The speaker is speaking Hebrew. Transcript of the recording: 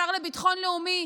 השר לביטחון לאומי,